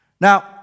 Now